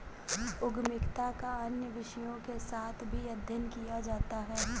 उद्यमिता का अन्य विषयों के साथ भी अध्ययन किया जाता है